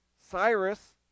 Cyrus